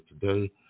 today